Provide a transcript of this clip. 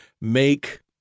make